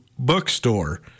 Bookstore